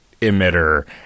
emitter